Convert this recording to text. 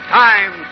time